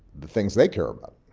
the things they care, but